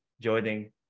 joining